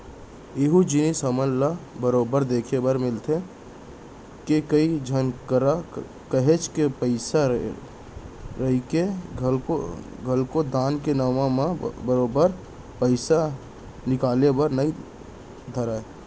एहूँ जिनिस हमन ल बरोबर देखे बर मिलथे के, कई झन करा काहेच के पइसा रहिके घलोक दान के नांव म बरोबर पइसा निकले बर नइ धरय